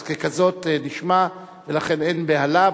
אז ככזאת נשמע, ולכן אין בהלה.